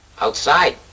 Outside